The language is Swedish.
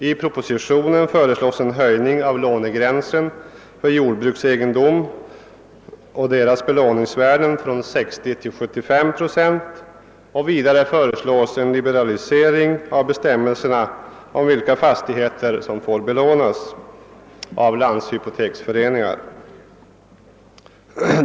I propositionen föreslås en höjning av lånegränsen för jordbruksegendom och dess belåningsvärden från 60 procent till 75 procent och vidare föreslås en liberalisering av bestämmelserna om vilka fastigheter som får belånas av landshypoteksföreningar.